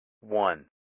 one